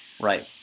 Right